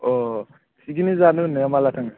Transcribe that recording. अ picnic जानो होननाया माला थाङो